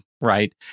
right